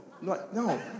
No